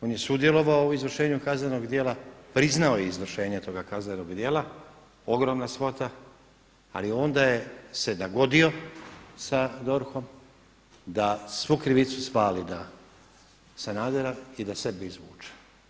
On je sudjelovao u izvršenju kaznenog djela, priznao je izvršenje toga kaznenog djela, ogromna svota, ali onda se nagodio sa DORH-om da svu krivicu svali na Sanadera i da sebe izvuče.